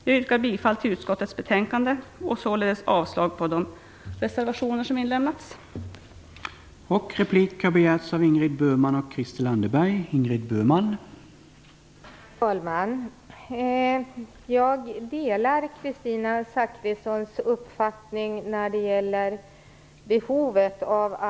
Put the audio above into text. Jag yrkar bifall till utskottets hemställan och således avslag på de reservationer som har fogats till betänkandet.